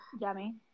Yummy